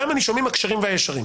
וגם הנישומים הכשרים והישרים.